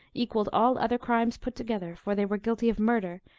equalled all other crimes put together, for they were guilty of murder,